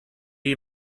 you